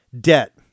Debt